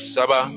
Saba